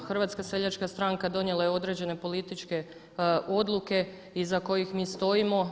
Hrvatska seljačka stranaka donijela je određen političke odluke iza kojih mi stojimo.